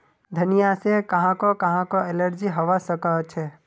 धनिया से काहको काहको एलर्जी हावा सकअछे